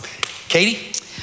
Katie